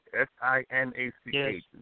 S-I-N-A-C-H